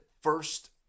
first